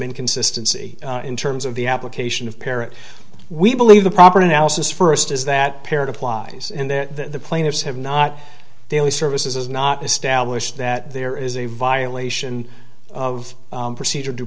inconsistency in terms of the application of parrot we believe the proper analysis first is that paired applies in the plaintiffs have not daily services is not established that there is a violation of procedure due